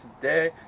today